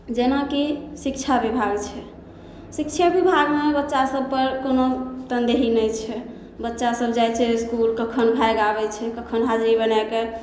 जेनाकि शिक्षा विभाग छै शिक्षे विभागमे बच्चा सभ पर कोनो तनदेही नहि छै बच्चा सभ जाइ छै इसकुल कखन भागि आबै छै कखन हाजिरी बनाकऽ